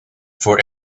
for